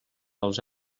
els